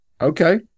Okay